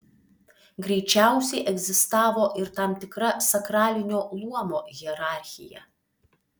greičiausiai egzistavo ir tam tikra sakralinio luomo hierarchija